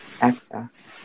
access